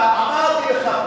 אמרתי לך,